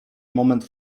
moment